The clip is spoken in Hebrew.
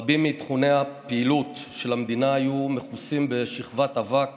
רבים מתחומי הפעילות של המדינה היו מכוסים בשכבת אבק